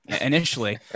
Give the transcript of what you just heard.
initially